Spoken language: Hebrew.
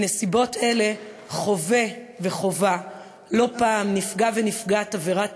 בנסיבות אלה חווֶה וחווָה לא פעם נפגע ונפגעת עבירת